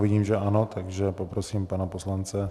Vidím, že ano, tedy poprosím pana poslance.